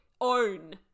own